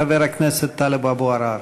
חבר הכנסת טלב אבו עראר.